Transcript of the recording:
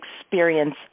experience